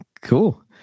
cool